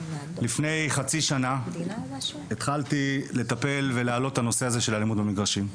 לפני חצי שנה התחלתי לטפל ולהעלות את הנושא הזה של האלימות במגרשים.